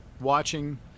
watching